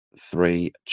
Three